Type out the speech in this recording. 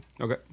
Okay